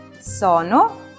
Sono